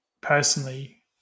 personally